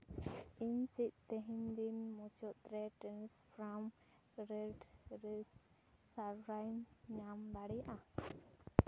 ᱤᱧ ᱪᱮᱫ ᱛᱮᱦᱮᱧ ᱫᱤᱱ ᱢᱩᱪᱟᱹᱫ ᱨᱮ ᱴᱨᱮᱱᱤᱥ ᱯᱷᱨᱟᱢ ᱨᱮᱰ ᱨᱟᱭᱤᱥ ᱥᱟᱨᱵᱷᱟᱨᱤᱧ ᱧᱟᱢ ᱫᱟᱲᱮᱭᱟᱜᱼᱟ